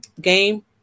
game